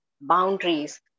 boundaries